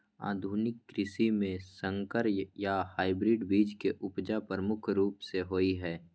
आधुनिक कृषि में संकर या हाइब्रिड बीज के उपजा प्रमुख रूप से होय हय